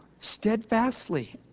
Steadfastly